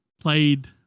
played